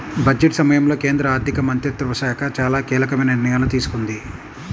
budget సమయంలో కేంద్ర ఆర్థిక మంత్రిత్వ శాఖ చాలా కీలకమైన నిర్ణయాలు తీసుకుంది